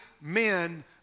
men